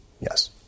Yes